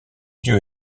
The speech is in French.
dieu